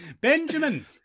Benjamin